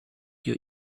your